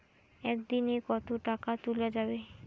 একদিন এ কতো টাকা তুলা যাবে?